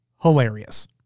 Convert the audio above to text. hilarious